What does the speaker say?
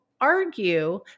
argue